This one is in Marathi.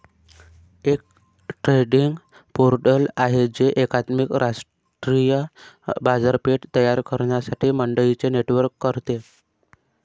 एक ट्रेडिंग पोर्टल आहे जे एकात्मिक राष्ट्रीय बाजारपेठ तयार करण्यासाठी मंडईंचे नेटवर्क करते